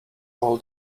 all